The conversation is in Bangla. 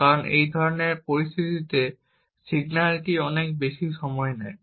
কারণ এই ধরনের পরিস্থিতিতে সিগন্যালটি অনেক বেশি সময় নেয়